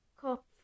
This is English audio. cup